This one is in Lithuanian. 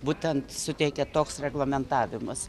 būtent suteikia toks reglamentavimas